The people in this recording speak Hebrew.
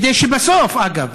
כדי שבסוף, אגב,